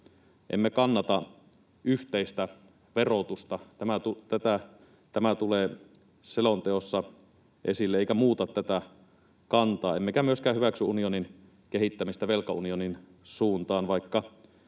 emme kannata yhteistä verotusta. Tämä tulee selonteossa esille eikä muuta tätä kantaa. Emmekä myöskään hyväksy unionin kehittämistä velkaunionin suuntaan.